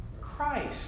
Christ